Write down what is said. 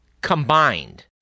Combined